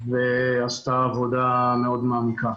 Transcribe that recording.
ועשתה עבודה מאוד מעמיקה.